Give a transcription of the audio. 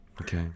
Okay